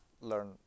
learn